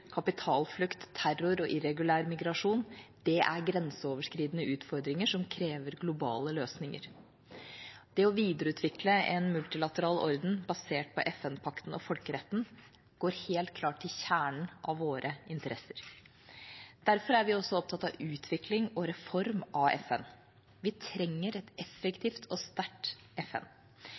kapitalflukt, terror og irregulær migrasjon er grenseoverskridende utfordringer som krever globale løsninger. Det å videreutvikle en multilateral orden basert på FN-pakten og folkeretten går helt klart til kjernen av våre interesser. Derfor er vi også opptatt av utvikling og reform av FN. Vi trenger et effektivt og sterkt FN.